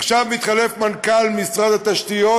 עכשיו מתחלף מנכ"ל משרד התשתיות